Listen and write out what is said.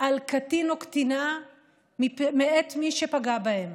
על קטין או קטינה מאת מי שפגע בהם,